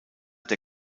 der